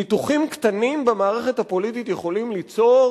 ניתוחים קטנים במערכת הפוליטית יכולים ליצור